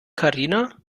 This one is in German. karina